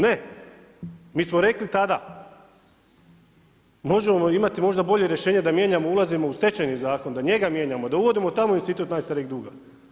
Ne, mi smo rekli tada, možemo imati možda bolje rješenje da mijenjamo, ulazimo u stečajni zakon, da njega mijenjamo, da uvodimo tamo institut najstarijeg duga.